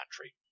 country